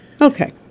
Okay